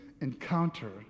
encounter